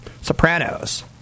Sopranos